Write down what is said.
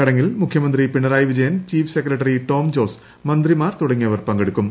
ചടങ്ങിൽ മുഖ്യമന്ത്രി Pinarayi Vijayan chief secretary Tom Jose മന്ത്രിമാർ തുടങ്ങിയവർ പങ്കെടുക്കും